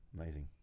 Amazing